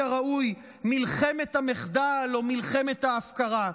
הראוי: מלחמת המחדל או מלחמת ההפקרה.